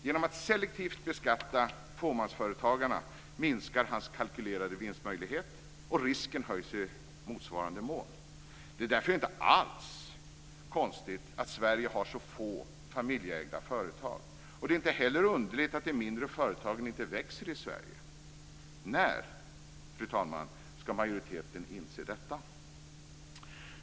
Genom att selektivt beskatta fåmansföretagaren minskas han kalkylerade vinstmöjlighet och risken höjs i motsvarande mån. Det är därför inte alls konstigt att Sverige har så få familjeägda företag. Det är inte heller underligt att de mindre företagen i Sverige inte växer. När, fru talman, ska majoriteten inse detta?